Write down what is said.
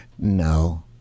No